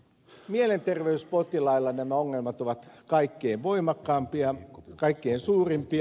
mielenterveyspotilailla nämä ongelmat ovat kaikkein voimakkaimpia kaikkein suurimpia